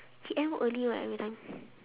he end work early right every time